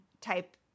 type